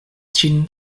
ĝin